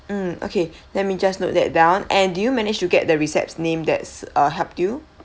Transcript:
mm okay let me just note that down and did you managed to get the recep's name that's uh helped you